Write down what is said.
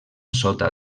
sota